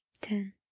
Ten